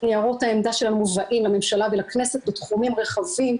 --- ניירות העמדה מובאים לממשלה ולכנסת בתחומים רחבים,